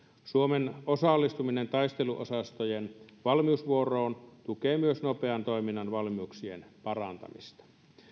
suomen osallistuminen taisteluosastojen valmiusvuoroon tukee myös nopean toiminnan valmiuksien parantamista